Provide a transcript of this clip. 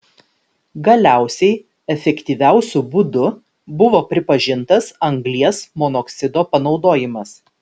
galiausiai efektyviausiu būdu buvo pripažintas anglies monoksido panaudojimas